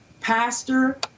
pastor